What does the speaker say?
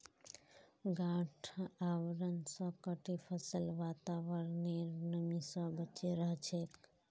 गांठ आवरण स कटी फसल वातावरनेर नमी स बचे रह छेक